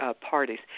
parties